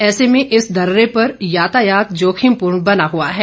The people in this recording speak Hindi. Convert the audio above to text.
ऐसे में इस दर्रे पर यातायात जोखिम पूर्ण बना हुआ है